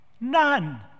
None